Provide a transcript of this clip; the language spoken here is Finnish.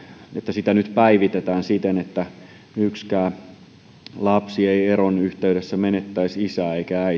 eloranta nyt päivitetään siten että yksikään lapsi ei eron yhteydessä menettäisi isää eikä äitiä näin